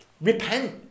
Repent